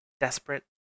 Desperate